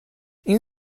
این